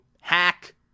hack